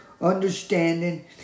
understanding